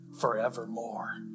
forevermore